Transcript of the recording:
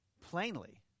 plainly